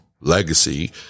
legacy